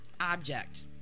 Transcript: object